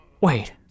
Wait